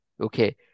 Okay